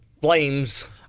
flames